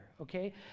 okay